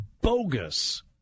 bogus